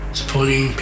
supporting